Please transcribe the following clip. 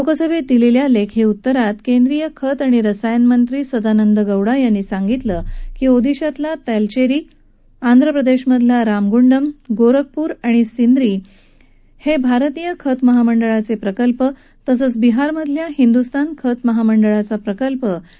लोकसभेत दिलेल्या लिखीत उत्तरात केंद्रीय खत आणि रसायन मंत्री सदानंद गौडा यांनी सांगितलं की यात ओदिशातला तालचेरी आंध्रप्रदेशमधला रामगुंडम गौरखपूर आणि सिंद्री श्रिले भारतीय खत महामंडळाचे प्रकल्प तसंच बिहारमधल्या हिंदूस्तान खत महामंडळाचा प्रकल्प यांचा समावेश आहे